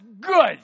good